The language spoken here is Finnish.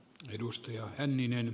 arvoisa puhemies